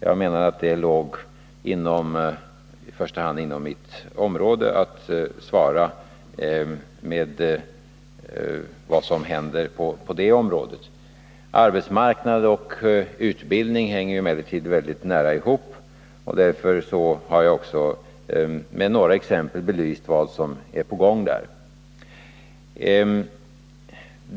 Jag menar att det är min uppgift att svara på i första hand vad som händer på det området. Arbetsmarknad och utbildning hänger emellertid mycket nära ihop, och därför har jag också med några exempel belyst vad som är på gång på utbildningsområdet.